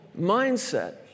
mindset